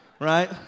Right